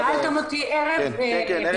שאלתם אותי על ערב ביטול